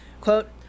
quote